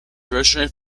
originally